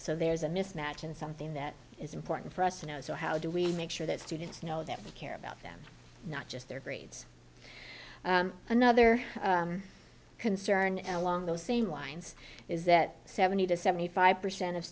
so there's a mismatch in something that is important for us to know so how do we make sure that students know that we care about them not just their grades another concern and along those same lines is that seventy to seventy five percent of